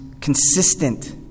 consistent